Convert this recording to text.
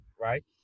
right